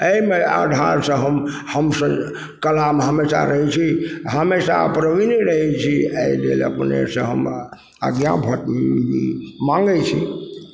अइमे से हम हम से कलामे हमेशा रहय छी हमेशा प्रवीण रहय छी अइ लेल अपने से हम आज्ञा माँगय छी